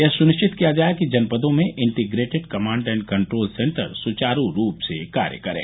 यह सुनिश्चित किया जाये कि जनपदों में integrated command and control centre सुचारू रूप से कार्य करे